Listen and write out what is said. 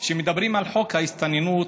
כשמדברים על חוק ההסתננות,